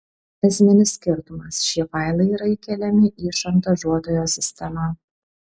esminis skirtumas šie failai yra įkeliami į šantažuotojo sistemą